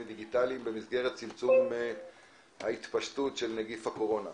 דיגיטליים במסגרת צמצום ההתפשטות של נגיף הקורונה.